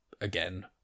again